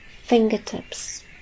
fingertips